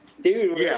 Dude